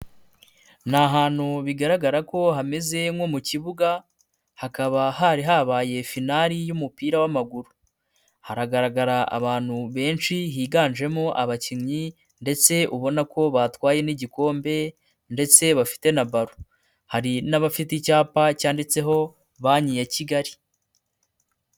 Ni ahantu bigaragara ko hameze nko mu kibuga hakaba hari habaye finari y'umupira w'amaguru, haragaragara abantu benshi higanjemo abakinnyi ndetse ubona ko batwaye n'igikombe ndetse bafite na baro, hari n'abafite icyapa cyanditseho Banki ya Kigali.